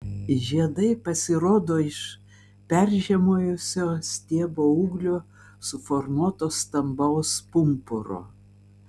žiedai pasirodo iš peržiemojusio stiebo ūglio suformuoto stambaus pumpuro